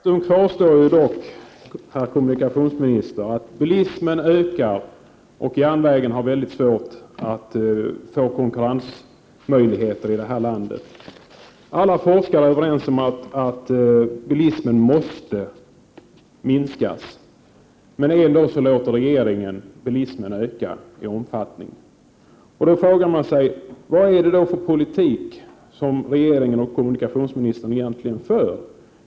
Herr talman! Faktum kvarstår, herr kommunikationsminster, att bilismen ökar och att järnvägen har mycket svårt att konkurrera i det här landet. Alla forskare är överens om att bilismen måste minska, men regeringen låter ändå bilismen öka i omfattning. Vad är det då för politik som regeringen egentligen för?